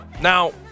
Now